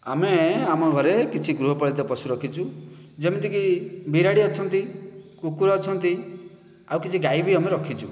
ଆମେ ଆମ ଘରେ କିଛି ଗୃହପାଳିତ ପଶୁ ରଖିଛୁ ଯେମିତିକି ବିରାଡ଼ି ଅଛନ୍ତି କୁକୁର ଅଛନ୍ତି ଆଉ କିଛି ଗାଈ ବି ଆମେ ରଖିଛୁ